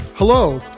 Hello